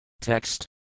Text